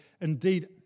indeed